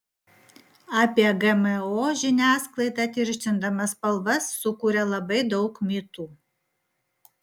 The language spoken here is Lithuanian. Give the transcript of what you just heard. apie gmo žiniasklaida tirštindama spalvas sukuria labai daug mitų